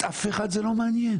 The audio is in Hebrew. את אף אחד זה לא מעניין.